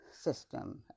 system